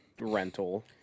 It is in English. rental